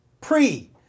pre-